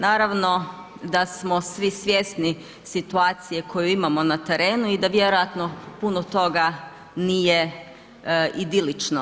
Naravno, da smo svi svjesni situacije koju imamo na terenu i da vjerojatno puno toga nije idilično.